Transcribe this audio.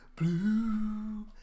blue